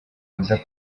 oda